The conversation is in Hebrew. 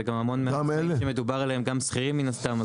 המון --- שמדובר עליהם, גם שכירים, מן הסתם.